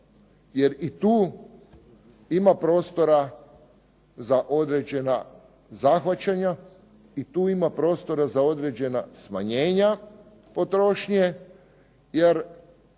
Jer i tu ima prostora za određena zahvaćanja i tu ima prostora za određena smanjenja potrošnje. Jer